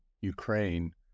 Ukraine